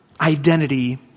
identity